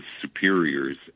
superiors